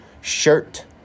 shirt